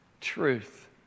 truth